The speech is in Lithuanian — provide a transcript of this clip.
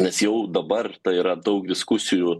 nes jau dabar tai yra daug diskusijų